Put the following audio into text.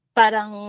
parang